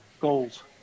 goals